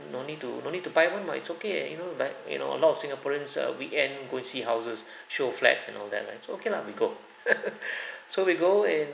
no need to no need to buy [one] [what] it's okay you know like you know a lot of singaporeans err weekend go and see houses show flats and all that lah so okay lah we go so we go and